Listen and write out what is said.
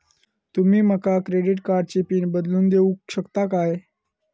तुमी माका क्रेडिट कार्डची पिन बदलून देऊक शकता काय?